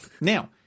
Now